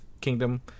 kingdom